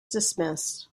dismissed